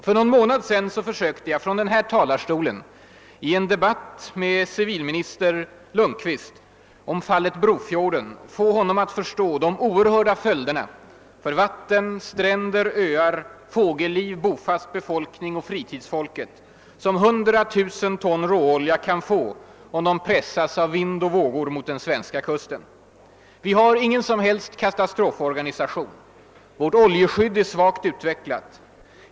För någon månad sedan försökte jag från denna talarstol i en debatt med civilminister Lundkvist om fallet Brofjorden att få honom att förstå de oerhörda följder för vatten, stränder, öar, fågelliv, bofast befolkning och fritidsfolk som 100 000 ton råolja kan få om de pressas av vind och vågor mot den svenska kusten. Vi har ingen som helst katastroforganisation. Vårt oljeskydd är svagt utvecklat.